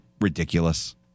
ridiculous